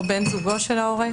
או בן זוגו של ההורה,